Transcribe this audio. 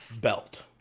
belt